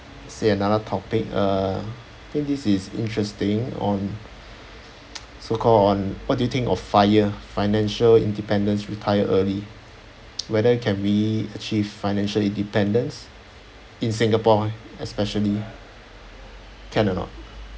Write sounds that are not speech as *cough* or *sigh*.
say another topic uh think this is interesting on *noise* so called on what do you think of FIRE financial independence retire early *noise* whether can we achieve financial independence in singapore eh especially can or not